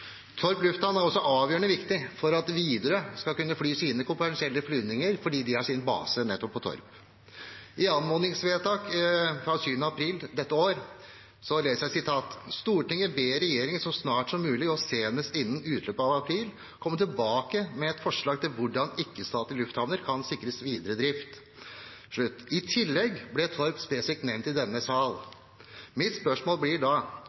Torp lufthavn er også avgjørende viktig for at Widerøe skal kunne fly sine kommersielle flygninger, fordi de har sin base nettopp på Torp. Jeg vil sitere fra et anmodningsvedtak fra den 7. april i år: «Stortinget ber regjeringen så snart som mulig, og senest innen utgangen av april, komme tilbake med et forslag til hvordan ikke-statlige lufthavner kan sikres videre drift.» I tillegg ble Torp spesifikt nevnt i denne salen. Mitt spørsmål blir da: